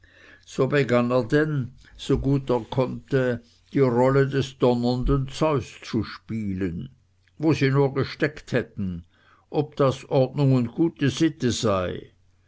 so begann er denn so gut er konnte die rolle des donnernden zeus zu spielen wo sie nur gesteckt hätten ob das ordnung und gute sitte sei